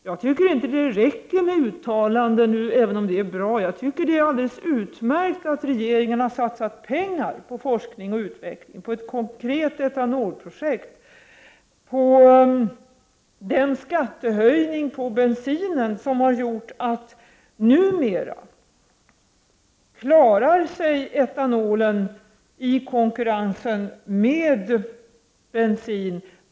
Jag tycker inte att det räcker med uttalanden, även om jag tycker att de är bra. Jag tycker att det är alldeles utmärkt att regeringen har satsat pengar på forskning och utveckling, på ett konkret etanolprojekt. Skattehöjningen på bensin gör att etanolen numera klarar sig i konkurrensen med bensin.